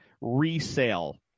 resale